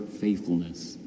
faithfulness